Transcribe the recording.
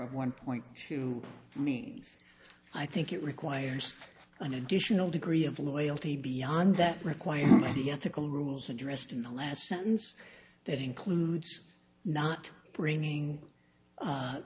of one point two means i think it requires an additional degree of loyalty beyond that required by the ethical rules addressed in the last sentence that includes not bringing a